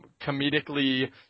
comedically